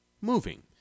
moving